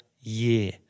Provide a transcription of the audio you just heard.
year